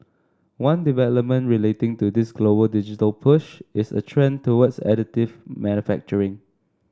one development relating to this global digital push is a trend towards additive manufacturing